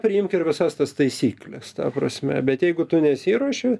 priimk ir visas tas taisykles ta prasme bet jeigu tu nesiruoši